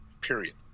period